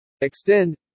Extend